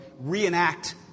reenact